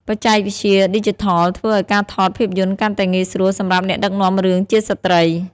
បច្ចេកវិទ្យាឌីជីថលធ្វើឱ្យការថតភាពយន្តកាន់តែងាយស្រួលសម្រាប់អ្នកដឹកនាំរឿងជាស្ត្រី។